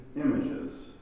images